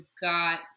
got